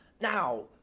Now